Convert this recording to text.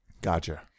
Gotcha